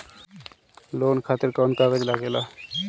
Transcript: Loan खातिर कौन कागज लागेला?